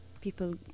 people